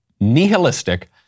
nihilistic